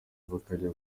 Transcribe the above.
bakajya